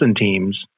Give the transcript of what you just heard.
teams